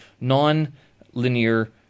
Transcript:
Non-linear